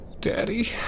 Daddy